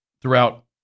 throughout